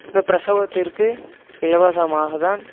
இந்த பிரசவத்திற்கு இலவசமாக தான்